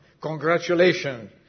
Congratulations